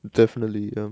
definitely